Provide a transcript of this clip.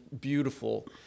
beautiful